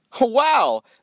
Wow